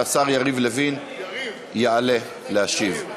והשר יריב לוין יעלה להשיב,